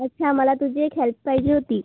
अच्छा मला तुझी एक हेल्प पाहिजे होती